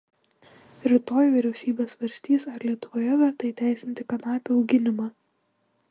rytoj vyriausybė svarstys ar lietuvoje verta įteisinti kanapių auginimą